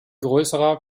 größerer